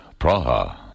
Praha